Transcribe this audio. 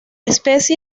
especie